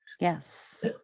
Yes